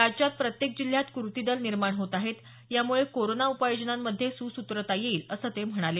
राज्यात प्रत्येक जिल्ह्यात कृती दल निर्माण होत आहेत यामुळे कोरोना उपाययोजनांमध्ये सुसूत्रता येईल असं ते म्हणाले